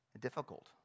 difficult